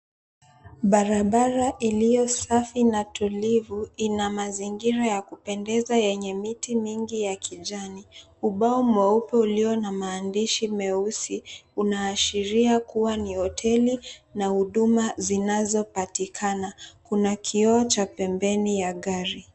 Barabara iliyo safi na tulivu ina mazingira ya kupendeza yenye miti mingi ya kijani. Ubao mweupe ulio na maandishi meusi, unaashiria kuwa ni hoteli na huduma zinazopatikana. Kuna kioo cha pembeni ya gari.